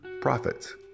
profits